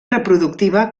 reproductiva